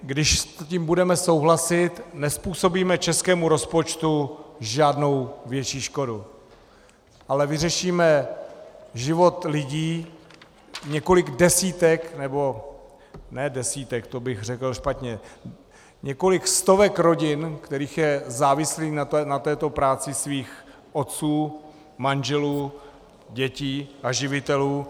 Když s tím budeme souhlasit, nezpůsobíme českému rozpočtu žádnou větší škodu, ale vyřešíme život lidí, několik desítek nebo ne desítek, to bych řekl špatně několik stovek rodin, které jsou závislé na této práci svých otců, manželů, dětí a živitelů.